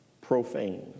profane